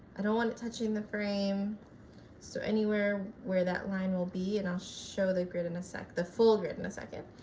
i don't want it touching the frame so anywhere where that line will be and i'll show the grid in a sec the full grid in a second.